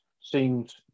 seems